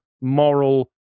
moral